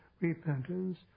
repentance